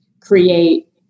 create